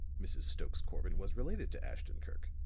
mrs. stokes-corbin was related to ashton-kirk,